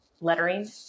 lettering